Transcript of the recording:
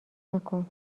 نکن